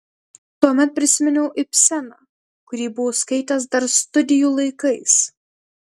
tuomet prisiminiau ibseną kurį buvau skaitęs dar studijų laikais